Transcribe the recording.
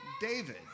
David